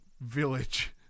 Village